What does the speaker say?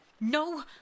No